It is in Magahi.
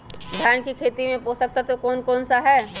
धान की खेती में पोषक तत्व कौन कौन सा है?